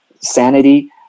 sanity